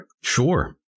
Sure